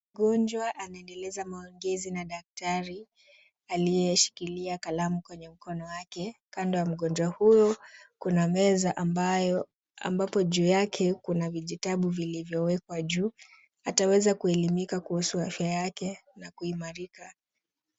Mgonjwa anaendeleza maongezi na daktari aliyeshikilia kalamu kwenye mkono wake. Kando ya mgonjwa huyo kuna meza ambapo juu yake kuna vijitabu vilivyowekwa juu. Ataweza kuelimika kuhusu afya yake na kuimarika.